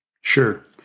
Sure